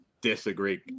disagree